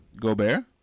Gobert